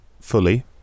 fully